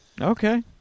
Okay